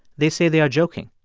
they say they are joking,